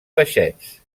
peixets